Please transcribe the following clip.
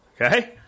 okay